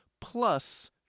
plus